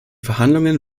verhandlungen